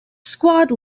squad